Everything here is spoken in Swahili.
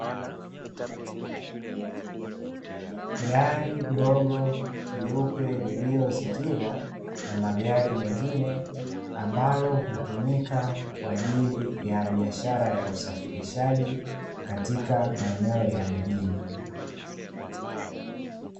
Gari dogo jeupe lililozingirwa na magari mengine, ambalo hutumika kwa ajili ya biashara ya usafirishaji katika meneo ya mijini.